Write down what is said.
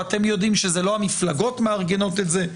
ואתם יודעים שזה לא המפלגות מארגנות את זה,